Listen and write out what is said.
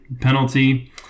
penalty